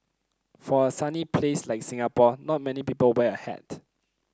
for a sunny place like Singapore not many people wear a hat